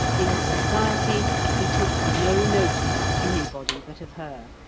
in society he took no notice of anybody but of her,